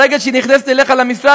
ברגע שהיא נכנסת אליך למשרד,